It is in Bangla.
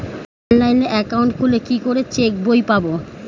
অনলাইন একাউন্ট খুললে কি করে চেক বই পাব?